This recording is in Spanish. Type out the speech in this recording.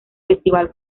festival